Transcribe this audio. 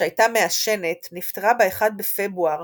שהייתה מעשנת, נפטרה ב-1 בפברואר